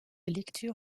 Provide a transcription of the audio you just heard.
lecture